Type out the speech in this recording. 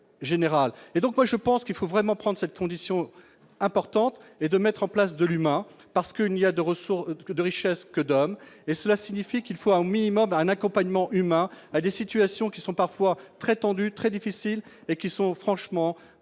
et donc moi je pense qu'il faut vraiment prendre cette condition importante et de mettre en place de l'humain, parce que n'y a de ressources de richesse que d'hommes, et cela signifie qu'il faudra au minimum un accompagnement humain à des situations qui sont parfois très tendu, très difficile et qui sont franchement pas dans